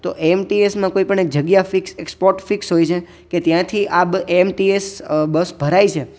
તો એએમટીએસ માં કોઈ પણ એક જગ્યા એક સ્પોટ ફિક્સ હોય છે કે ત્યાંથી એએમટીએસ બસ ભરાય છે